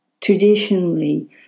Traditionally